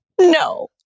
no